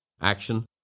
Action